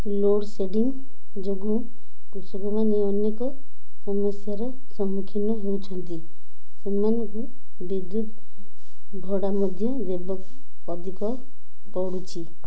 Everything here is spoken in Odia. ଲୋଡ଼ ସେଡ଼ିଂ ଯୋଗୁଁ କୃଷକମାନେ ଅନେକ ସମସ୍ୟାର ସମ୍ମୁଖୀନ ହେଉଛନ୍ତି ସେମାନଙ୍କୁ ବିଦ୍ୟୁତ ଭଡ଼ା ମଧ୍ୟ ଦେବାକୁ ଅଧିକ ପଡ଼ୁଛି